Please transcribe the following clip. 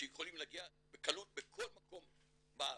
שיכולים להגיע בקלות מכל מקום בארץ.